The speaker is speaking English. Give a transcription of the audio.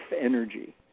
energy